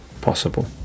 possible